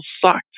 sucked